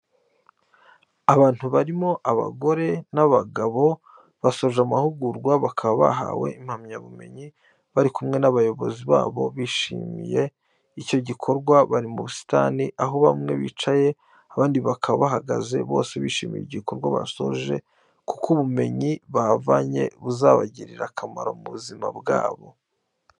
Abantu barimo abagore n'abagabo basoje amahugurwa, bakaba bahawe impamyabumenyi bari kumwe n'abayobozi babo bishimiye icyo gikorwa bari mu busitani, aho bamwe bicaye abandi bakaba bahagaze bose bishimira igikorwa basoje kuko ubumenyi bahavanye buzabagirira akamaro mu buzima bwabo.